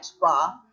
bar